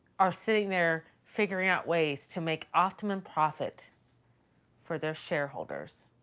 are sitting there figuring out ways to make optimum profit for their shareholders.